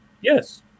Yes